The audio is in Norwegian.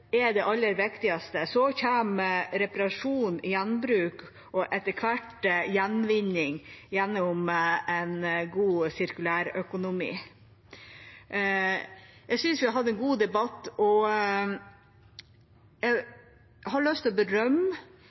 er det aller viktigste. Så kommer reparasjon, gjenbruk og etter hvert gjenvinning gjennom en god sirkulærøkonomi. Jeg synes vi har hatt en god debatt, og jeg har lyst til å berømme